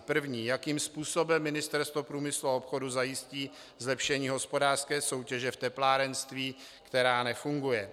První: Jakým způsobem Ministerstvo průmyslu a obchodu zajistí zlepšení hospodářské soutěže v teplárenství, která nefunguje?